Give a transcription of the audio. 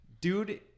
Dude